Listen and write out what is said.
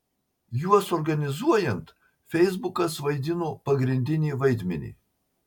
juos organizuojant feisbukas vaidino pagrindinį vaidmenį